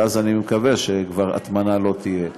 ואז אני מקווה שכבר לא תהיה הטמנה.